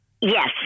Yes